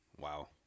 Wow